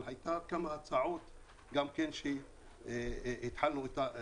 אבל היו כמה הצעות גם כן שהכרזנו עליהן.